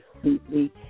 Completely